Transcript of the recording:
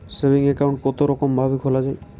Saving account কতরকম ভাবে খোলা য়ায়?